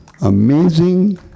Amazing